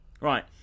Right